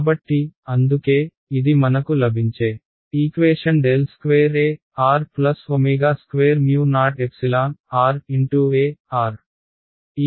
కాబట్టి అందుకే ఇది మనకు లభించే ఈక్వేషన్▽2 E2OEjO J